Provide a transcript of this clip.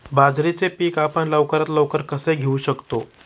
बाजरीचे पीक आपण लवकरात लवकर कसे घेऊ शकतो?